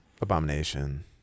Abomination